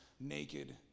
naked